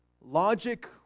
Logic